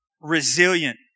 resilient